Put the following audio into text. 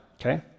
Okay